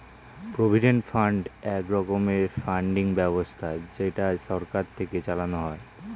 provident fund এক রকমের funding ব্যবস্থা যেটা সরকার থেকে চালানো হয়